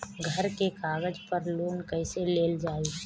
घर के कागज पर लोन कईसे लेल जाई?